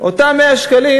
אותם 100 שקלים